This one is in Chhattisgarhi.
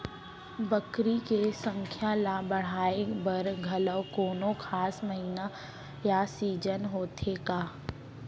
बकरी के संख्या ला बढ़ाए बर घलव कोनो खास महीना या सीजन होथे का?